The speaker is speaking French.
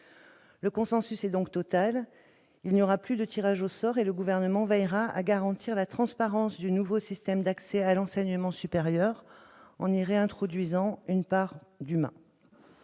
Le consensus est donc total : il n'y aura plus de tirage au sort, et le Gouvernement veillera à garantir la transparence du nouveau système d'accès à l'enseignement supérieur en y réintroduisant une part d'humain.